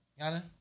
Yana